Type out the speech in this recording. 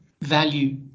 value